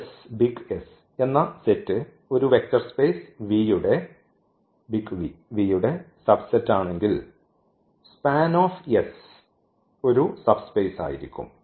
S എന്ന set ഒരു vector space V യുടെ സബ്സെറ്റ് ആണെങ്കിൽ SPAN ഒരു സബ്സ്പേസ് ആയിരിക്കും